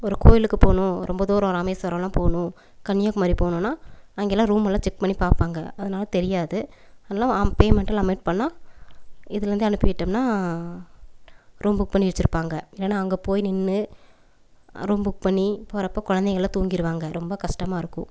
ஒரு கோவிலுக்கு போகணும் ரொம்ப தூரம் இராமேஸ்வரம்லாம் போகணும் கன்னியாகுமாரி போகணுன்னா அங்கேலாம் ரூம் எல்லாம் செக் பண்ணி பார்ப்பாங்க அதனால தெரியாது அதனால பேமெண்டு பண்ணிணா இதுலேருந்து அனுப்பிட்டோம்னா ரூம் புக் பண்ணி வச்சிருப்பாங்க இல்லைன்னா அங்கே போய் நின்று ரூம் புக் பண்ணி போகிறப்ப குழந்தைங்கள்லாம் தூங்கிடுவாங்க ரொம்ப கஷ்டமாக இருக்கும்